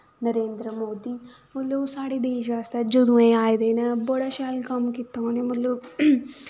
नरेंद्र मोदी मतलब ओह् साढ़े देश बास्तै जदूएं दे आए दे न बड़ा शैल कम्म कीता उ'नें मतलब